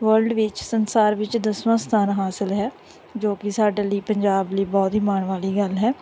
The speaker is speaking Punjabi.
ਵਰਲਡ ਵਿੱਚ ਸੰਸਾਰ ਵਿੱਚ ਦਸਵਾਂ ਸਥਾਨ ਹਾਸਿਲ ਹੈ ਜੋ ਕਿ ਸਾਡੇ ਲਈ ਪੰਜਾਬ ਲਈ ਬਹੁਤ ਹੀ ਮਾਣ ਵਾਲੀ ਗੱਲ ਹੈ